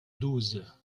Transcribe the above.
douze